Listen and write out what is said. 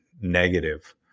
negative